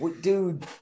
dude